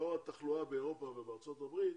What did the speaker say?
לאור התחלואה באירופה ובארצות הברית,